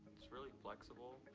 it's really flexible.